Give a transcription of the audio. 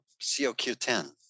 COQ10